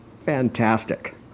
Fantastic